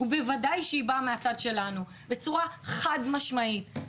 ובוודאי כשהיא באה מהצד שלנו, בצורה חד משמעית.